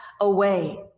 away